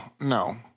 No